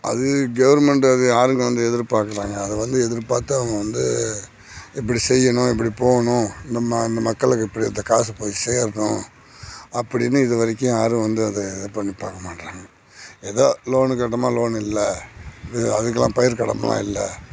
அது கவுர்மெண்ட அது ஆளுங்க வந்து எதிர்பார்க்கறாங்க அது வந்து எதிர்பார்த்து அவங்க வந்து இப்படி செய்யணும் இப்படி போகணும் நம்ம இந்த மக்களுக்கு இப்படி இந்த காசு போய் சேரணும் அப்படின்னு இது வரைக்கும் யாரும் வந்து அதை இது பண்ணி பார்க்க மாட்டுறாங்க ஏதோ லோனு கேட்டோமா லோனு இல்லை இது அதுக்கெலாம் பயிர் கடனெலாம் இல்லை